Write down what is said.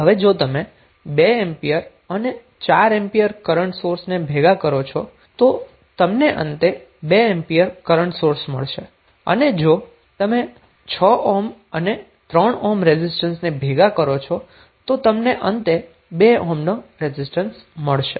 હવે જો તમે 2 એમ્પિયર અને 4 એમ્પિયર કરન્ટ સોર્સ ભેગા કરો છો તો તમને અંતે 2 એમ્પિયર કરન્ટ સોર્સ મળશે અને જો તમે 6 ઓહ્મ અને 3 ઓહ્મ રેઝિસ્ટન્સ ભેગા કરો છો તમને અંતે 2 ઓહ્મ રેઝિસ્ટન્સ મળશે